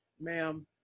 ma'am